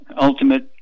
Ultimate